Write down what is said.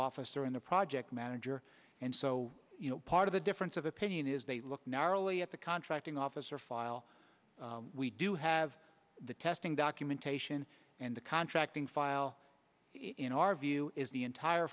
officer and the project manager and so you know part of the difference of opinion is they look narrowly at the contracting officer file we do have the testing documentation and the contracting file in our view is the entire